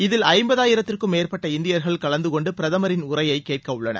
இதில் ஐம்பதாயிரத்திற்கும் மேற்பட்ட இந்தியர்கள் கலந்து கொண்டு பிரதமரின் உரையை கேட்கவுள்ளனர்